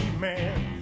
man